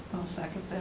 second